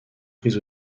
pris